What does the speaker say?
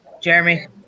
Jeremy